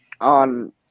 On